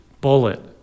bullet